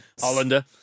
Hollander